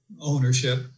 ownership